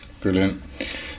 Brilliant